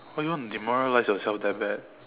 why you want to demoralize yourself that bad